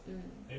um